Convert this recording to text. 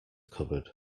cupboard